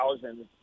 thousands